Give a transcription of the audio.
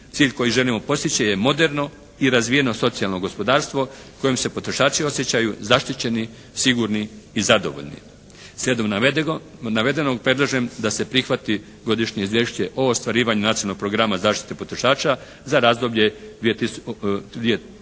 Cilj koji želimo postići je moderno razvijeno socijalno gospodarstvo kojim se potrošači osjećaju zaštićeni, sigurni i zadovoljni. Sljedom navedenog predlažem da se prihvati Godišnje izvješće o ostvarivanju Nacionalnog programa zaštite potrošača za razdoblje